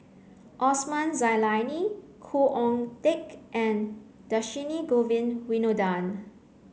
Osman Zailani Khoo Oon Teik and Dhershini Govin Winodan